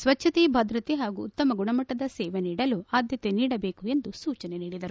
ಸ್ವಜ್ಞತೆ ಭದ್ರತೆ ಹಾಗೂ ಉತ್ತಮ ಗುಣಮಟ್ಟದ ಸೇವೆ ನೀಡಲು ಆದ್ಯತೆ ನೀಡಬೇಕು ಎಂದು ಸೂಚನೆ ನೀಡಿದರು